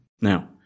now